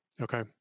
Okay